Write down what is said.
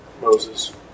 Moses